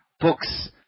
books